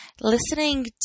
listening